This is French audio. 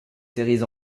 séries